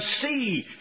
see